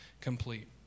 complete